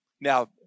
Now